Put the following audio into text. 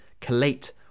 collate